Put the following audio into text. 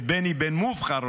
את בני בן מובחר,